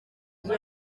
izo